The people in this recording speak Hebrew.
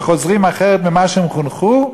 וחוזרים אחרת ממה שהם חונכו?